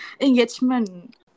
Engagement